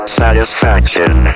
satisfaction